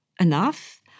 enough